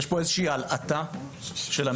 אני רוצה להגיד שיש פה איזושהי הלעטה של המגדלים,